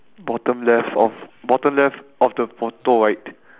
bottom left of bottom left of the photo I think